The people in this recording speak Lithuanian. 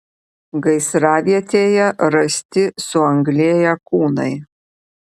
gaisravietėje rasti suanglėję kūnai